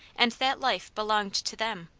and that life belonged to them.